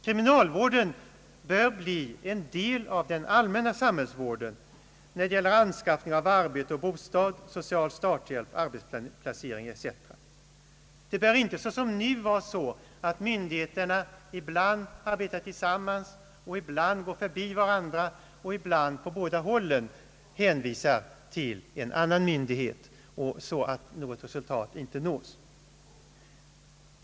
Kriminalvården bör bli en del av den allmänna samhällsvården när det gäller anskaffning av arbete och bostad, social starthjälp, arbetsplacering etc. Det bör inte, såsom nu är fallet, vara så att myndigheterna ibland arbetar tillsammans, ibland går förbi varandra och ibland på båda hållen hänvisar till en annan myndighet så att inte något resultat uppnås.